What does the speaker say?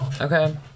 Okay